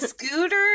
Scooter